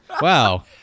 Wow